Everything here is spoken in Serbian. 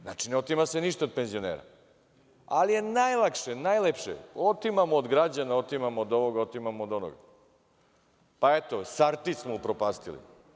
Znači, ne otima se ništa od penzionera, ali najjlakše, najjlepše otimamo od građana, otimamo od ovog, otimamo od onog, pa eto „Sartid“ smo upropastili.